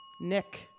Nick